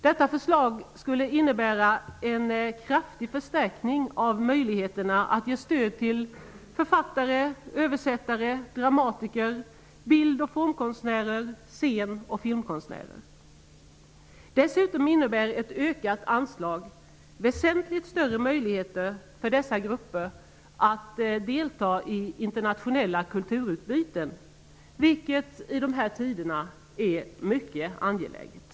Detta förslag skulle innbära en kraftig förstärkning av möjligheterna att ge stöd till författare, översättare, dramatiker, bild och formkonstnärer och scen och filmkonstnärer. Dessutom innebär ett ökat anslag väsentligt större möjligheter för dessa grupper att delta i internationella kulturutbyten, vilket i dessa tider är mycket angeläget.